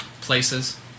places